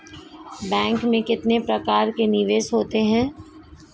Bank में कितने प्रकार के निवेश होते हैं?